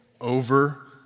over